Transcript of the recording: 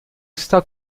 está